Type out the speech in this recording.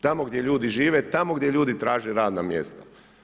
Tamo gdje ljudi žive, tamo gdje ljudi traže radna mjesta.